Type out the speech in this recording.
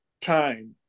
time